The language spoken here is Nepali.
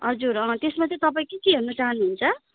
हजुर त्यसमा चाहिँ तपाईँ के के हेर्नु चाहनु हुन्छ